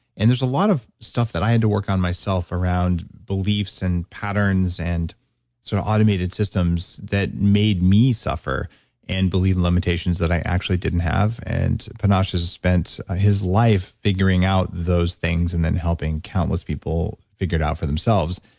and there's a lot of stuff that i had to work on myself around beliefs and patterns and sort of automated systems that made me suffer and believe limitations that i actually didn't have. and panache has spent his life figuring out those things and then helping countless people figure it out for themselves.